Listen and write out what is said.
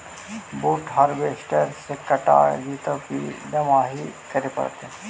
बुट हारबेसटर से कटा जितै कि दमाहि करे पडतै?